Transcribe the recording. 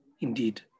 indeed